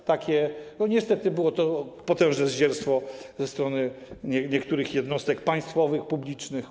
Dotychczas niestety było potężne zdzierstwo ze strony niektórych jednostek państwowych, publicznych.